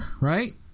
right